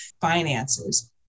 finances